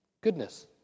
goodness